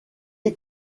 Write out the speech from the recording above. est